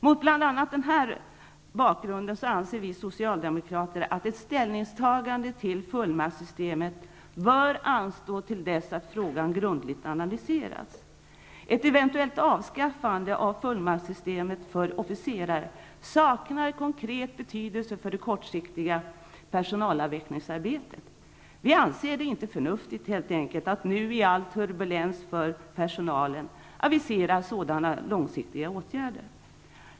Mot bl.a. denna bakgrund anser vi socialdemokrater att ett ställningstagande till fullmaktssystemet bör anstå till dess frågan grundligt analyserats. Ett eventuellt avskaffande av fullmaktssystemet för officerare saknar konkret betydelse för det kortsiktiga personalavvecklingsarbetet. Vi anser det inte förnuftigt att nu i all turbulens för personalen avisera sådana långsiktiga åtgärder.